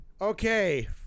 Okay